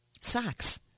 socks